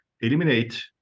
eliminate